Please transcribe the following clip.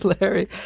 Larry